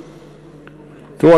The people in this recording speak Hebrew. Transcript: תראו,